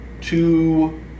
two